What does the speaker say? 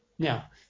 Now